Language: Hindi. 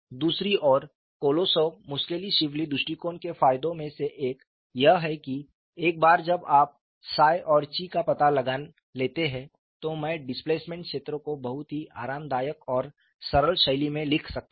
दूसरी ओर कोलोसोव मुस्केलिशविली दृष्टिकोण के फायदों में से एक यह है कि एक बार जब आप 𝜳 और 𝛘 का पता लगा लेते हैं तो मैं डिस्प्लेसमेंट क्षेत्र को बहुत ही आरामदायक और सरल शैली में लिख सकता हूं